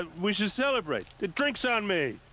ah we should celebrate! drinks on me!